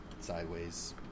sideways